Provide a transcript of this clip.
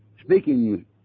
Speaking